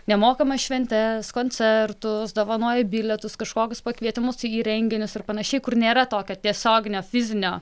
nemokamas šventes koncertus dovanoja bilietus kažkokius pakvietimus į renginius ir panašiai kur nėra tokio tiesioginio fizinio